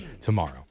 tomorrow